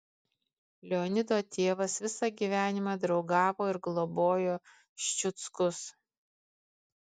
leonido tėvas visą gyvenimą draugavo ir globojo ščiuckus